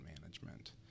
management